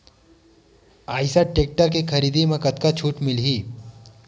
Eicher tractor के खरीदी म कतका छूट मिलही?